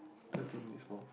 thirteen needs more